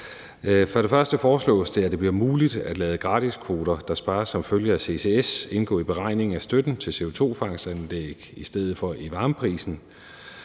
For det første foreslås det, at det bliver muligt at lade gratiskvoter, der spares som følge af ccs, indgå i beregningen af støtten til CO2-fangstanlæg i stedet for i varmeprisen.